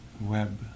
web